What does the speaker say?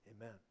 Amen